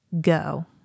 go